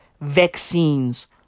vaccines